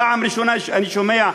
פעם ראשונה אני שומע,